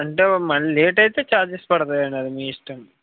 అంటే మళ్ళీ లేట్ అయితే ఛార్జెస్ పడతాయండి అది మీ ఇష్టం